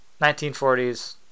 1940s